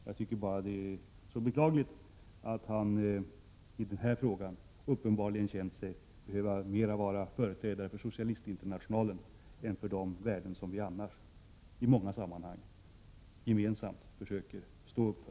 Jag tycker bara att det är beklagligt att han i den här frågan uppenbarligen har känt sig behöva mer företräda Socialistinternationalen än de värden som vi annars i många sammanhang gemensamt försöker stå för.